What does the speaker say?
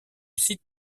site